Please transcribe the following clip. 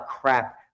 crap